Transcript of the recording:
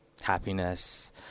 happiness